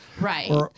Right